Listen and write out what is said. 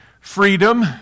freedom